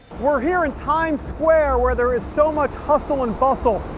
we're here in times square, where there is so much hustle and bustle.